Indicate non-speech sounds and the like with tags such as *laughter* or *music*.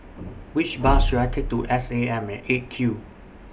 Which *noise* Bus should I Take to S A M At eight Q